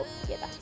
together